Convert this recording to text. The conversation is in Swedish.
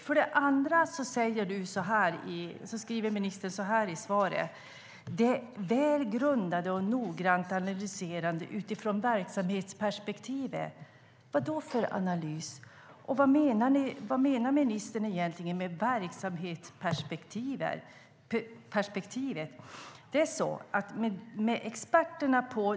För det andra skriver ministern i svaret att sådana här förändringar ska vara "väl grundade och noggrant analyserade utifrån ett verksamhetsperspektiv". Vad är det för analys, och vad menar ministern med verksamhetsperspektiv? Departementet meddelade förra våren att det här skulle ske.